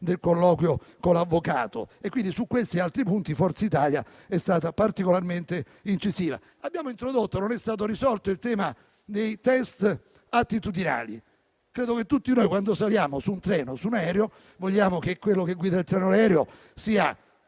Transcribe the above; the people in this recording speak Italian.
del colloquio con l'avvocato. Pertanto, su questo e altri punti Forza Italia è stata particolarmente incisiva. Abbiamo introdotto - senza che sia stato risolto - il tema dei test attitudinali. Credo che tutti noi, quando saliamo su un treno o su un aereo, vogliamo che chi guida il treno o l'aereo sia